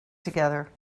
together